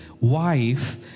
wife